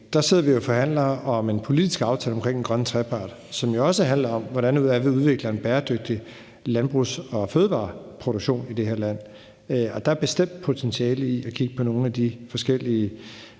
jo sidder og forhandler om en politisk aftale omkring den grønne trepart, som jo også handler om, hvordan vi udvikler en bæredygtig landbrugs- og fødevareproduktion i det her land, og der er bestemt potentiale i at kigge på nogle af de forskellige